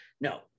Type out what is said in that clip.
No